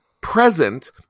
present